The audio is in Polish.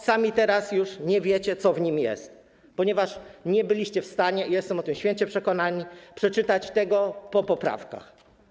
Sami teraz już nie wiecie, co w nim jest, ponieważ nie byliście w stanie - i jestem o tym święcie przekonany - przeczytać tego po poprawkach.